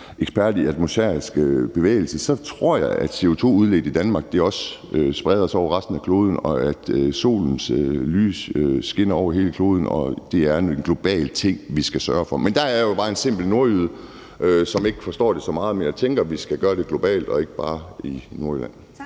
ekspert i atmosfæriske bevægelser, tror jeg, at CO2 udledt i Danmark også spreder sig over resten af kloden, og at solens lys skinner over hele kloden, og at det er en global ting, vi skal sørge for. Der er jeg jo bare en simpel nordjyde, som ikke forstår det så godt, men jeg tænker, at vi skal gøre det globalt og ikke bare i Nordjylland.